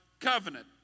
covenant